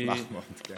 אני אשמח מאוד.